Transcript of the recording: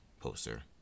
poster